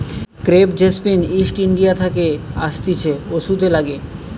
crepe jasmine East India থাকে আসতিছে ওষুধে লাগে